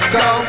go